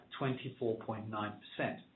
24.9%